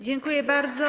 Dziękuję bardzo.